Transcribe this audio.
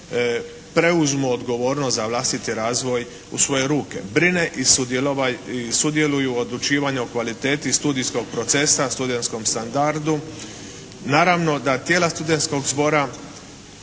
preuzmu odgovornost za vlastiti razvoj u svoje ruke. Brine i sudjeluju u odlučivanju u kvaliteti studijskog procesa, studenskom standardu. Naravno da tijela studenskog zbora